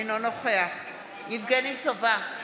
אינו נוכח יבגני סובה,